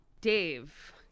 dave